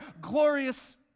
glorious